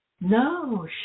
No